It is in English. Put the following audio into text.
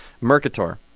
Mercator